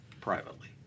privately